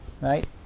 Right